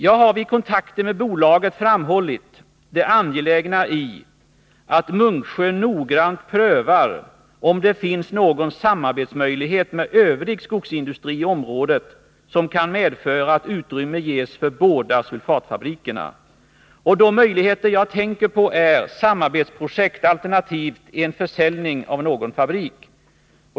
Jag har vid kontakter med bolaget framhållit det angelägna i att Munksjö noggrant prövar om det finns någon möjlighet till samarbete med övrig skogsindustri i området som kan medföra att utrymme ges för båda sulfatfabrikerna. De möjligheter jag tänker på är samarbetsprojekt, alternativt en försäljning av någon fabrik.